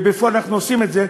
ובפועל אנחנו עושים את זה,